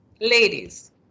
Ladies